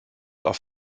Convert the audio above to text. auf